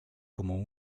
como